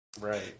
Right